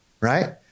Right